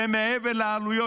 ומעבר לעלויות,